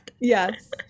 Yes